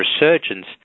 resurgence